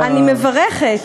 אני מברכת.